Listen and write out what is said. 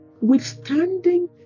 Withstanding